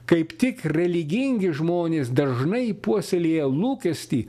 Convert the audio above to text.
kaip tik religingi žmonės dažnai puoselėja lūkestį